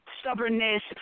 stubbornness